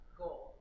goal